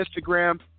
Instagram